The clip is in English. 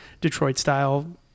Detroit-style